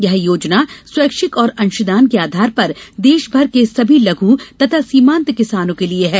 यह योजना स्वैच्छिक और अंशदान के आधार पर देशभर के सभी लघु तथा सीमात किसानों के लिए है